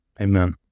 Amen